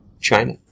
China